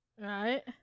Right